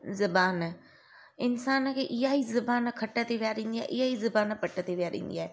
ज़बान इंसान खे इहेई ज़बान खटि ते विहारिंदी आहे इहेई ज़बान पटि ते विहारिंदी आहे